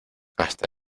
hasta